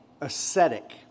Ascetic